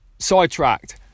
Sidetracked